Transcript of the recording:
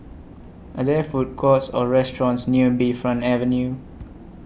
Are There Food Courts Or restaurants near Bayfront Avenue